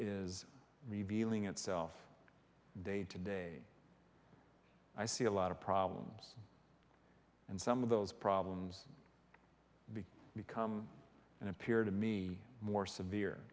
is revealing itself day to day i see a lot of problems and some of those problems become and appear to me more severe